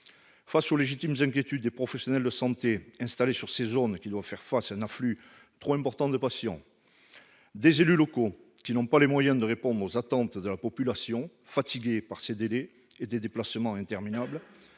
Face aux légitimes inquiétudes des professionnels de santé installés sur ces zones, qui doivent faire face à un afflux trop important de patients, et des élus locaux, qui n'ont pas les moyens de répondre aux attentes de la population fatiguée par ces délais et des déplacements interminables,